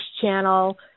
channel